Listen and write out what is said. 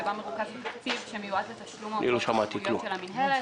שבה מרוכז התקציב שמיועד לתשלום עבור התחייבויות של המינהלת,